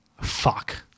Fuck